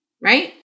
right